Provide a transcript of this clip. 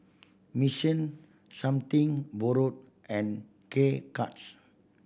Mission Something Borrowed and K Cuts